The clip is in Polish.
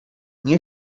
nie